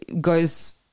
goes